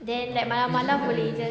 then like malam malam boleh just